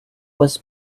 was